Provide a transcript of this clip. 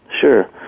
Sure